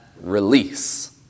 release